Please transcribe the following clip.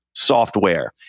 Software